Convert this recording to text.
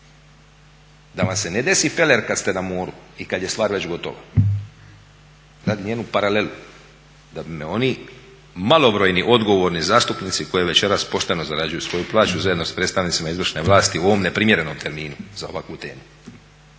Da vam se ne desi feler kad ste na moru i kad je stvar već gotova. Radim jednu paralelu da bi me oni malobrojni odgovorni zastupnici koji večeras pošteno zarađuju svoju plaću zajedno s predstavnicima izvršne vlasti u ovom neprimjerenom terminu za ovakvu temu